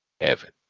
heaven